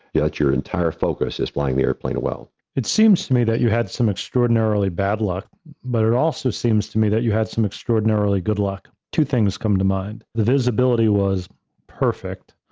yet your entire focus is flying the airplane well rosenberg it seems to me that you had some extraordinarily bad luck. but it also seems to me that you had some extraordinarily good luck. two things come to mind, the visibility was perfect,